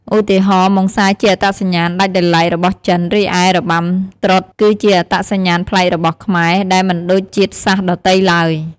ឧទាហរណ៍ ម៉ុងសាយជាអត្តសញ្ញាណដាច់ដោយឡែករបស់ចិន រីឯ របាំត្រុដិ គឺជាអត្តសញ្ញាណប្លែករបស់ខ្មែរ ដែលមិនដូចជាតិសាសន៍ដទៃឡើយ។